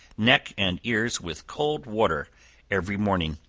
neck and ears with cold water every morning.